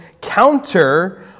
counter